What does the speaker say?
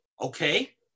Okay